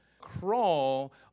crawl